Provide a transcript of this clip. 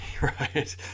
right